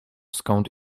skąd